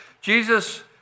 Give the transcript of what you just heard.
Jesus